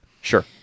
Sure